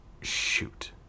Shoot